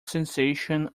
sensation